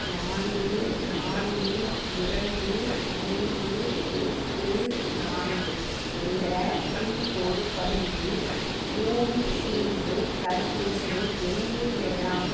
நான்கு நான்கு இரண்டு ஐந்து எட்டு நான்கு என்ற பின்கோட் பகுதியில் கோவிஷீல்டு தடுப்பூசியை எங்கே பெறலாம்